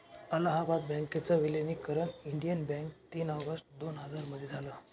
अलाहाबाद बँकेच विलनीकरण Indian bank तीन ऑगस्ट दोन हजार मध्ये झालं